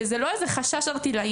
וזה לא איזה חשש ערטילאי.